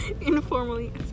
informally